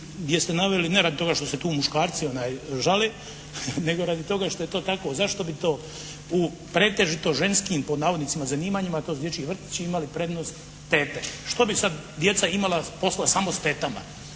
gdje ste naveli, ne radi toga što se tu muškarci žale, nego radi toga što je to tako. Zašto bi to u pretežito "ženskim", pod navodnicima, zanimanjima to su dječji vrtići imali prednost tete. Što bi sad djeca imala posla samo s tetama,